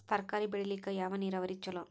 ತರಕಾರಿ ಬೆಳಿಲಿಕ್ಕ ಯಾವ ನೇರಾವರಿ ಛಲೋ?